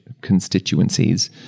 constituencies